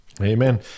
Amen